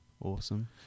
awesome